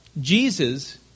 Jesus